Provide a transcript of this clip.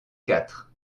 quatre